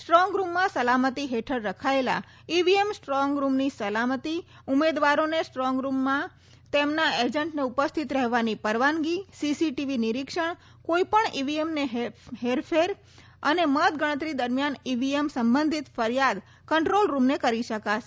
સ્ટ્રોંગરૂમમાં સલામતી હેઠળ રખાયેલા ઈવીએમ સ્ટ્રોંગરૂમની સલામતી ઉમેદવારોને સ્ટ્રોંગરૂમના તેમના એજન્ટને ઉપસ્થિત રહેવાની પરવાનગી સીસી ટીવી નિરીક્ષણ કોઈપણ ઈવીએમને હરેફેર અને મતગણતરી દરમિયાન ઈવીએમ સંબંધિત ફરિયાદ કંટ્રોલરૂમને કરી શકાશે